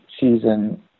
season